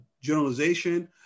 generalization